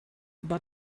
but